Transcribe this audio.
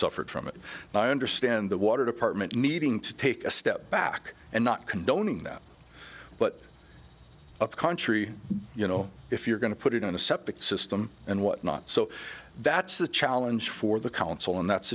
suffered from it and i understand the water department needing to take a step back and not condoning that but upcountry you know if you're going to put it on a septic system and whatnot so that's the challenge for the council and that's